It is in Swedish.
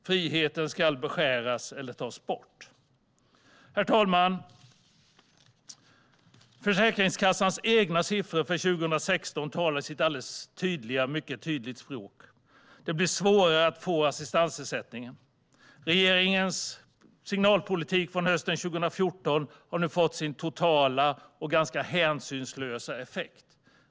Friheten ska beskäras eller tas bort. Herr talman! Försäkringskassans egna siffror för 2016 talar ett mycket tydligt språk. Det blir allt svårare att få assistansersättning. Regeringens signalpolitik från hösten 2014 har nu fått sin totala och ganska hänsynslösa effekt.